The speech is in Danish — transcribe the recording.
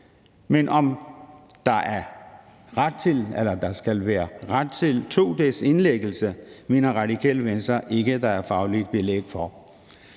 men at der skal være ret til 2 dages indlæggelse mener Radikale Venstre ikke at der er fagligt belæg for.